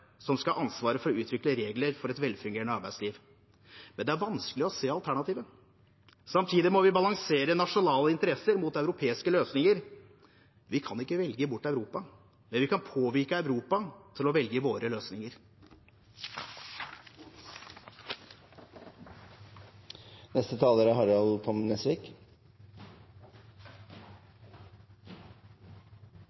som skal ha ansvaret for å utvikle regler for et velfungerende arbeidsliv. Men det er vanskelig å se alternativet. Samtidig må vi balansere nasjonale interesser mot europeiske løsninger. Vi kan ikke velge bort Europa, men vi kan påvirke Europa til å velge våre løsninger. Saken som vi har til behandling nå, er